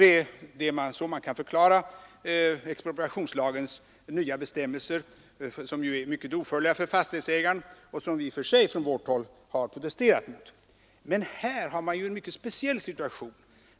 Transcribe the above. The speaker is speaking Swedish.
Det är så man kan förklara expropriationslagens nya bestämmelser som ju är mycket ofördelaktiga för fastighetsägaren och som vi från vårt håll har protesterat mot. Men här har man en mycket speciell situation.